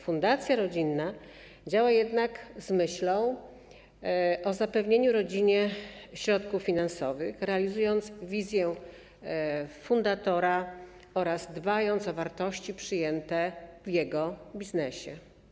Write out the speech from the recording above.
Fundacja rodzinna działa jednak z myślą o zapewnieniu rodzinie środków finansowych, realizując wizję fundatora oraz dbając o wartości przyjęte przez niego w biznesie.